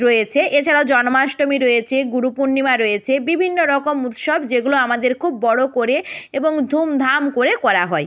রয়েছে এছাড়াও জন্মাষ্টমী রয়েছে গুরু পূর্ণিমা রয়েছে বিভিন্ন রকম উৎসব যেগুলো আমাদের খুব বড়ো করে এবং ধুমধাম করে করা হয়